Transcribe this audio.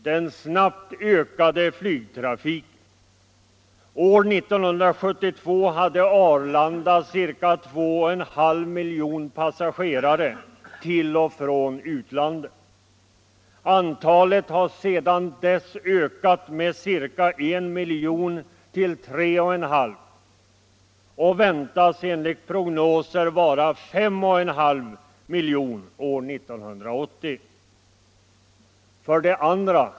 Den snabbt ökande flygtrafiken. År 1972 hade Arlanda ca 2,5 miljoner passagerare till och från utlandet. Antalet har sedan dess ökat med ca 1 miljon till 3,5 miljoner och väntas enligt prognoser vara 5,5 miljoner år 1980. 2.